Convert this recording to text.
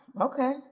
Okay